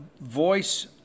voice